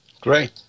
Great